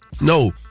No